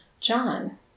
John